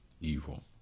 evil